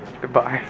Goodbye